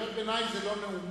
קריאות ביניים הן לא נאומים.